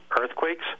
earthquakes